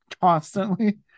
constantly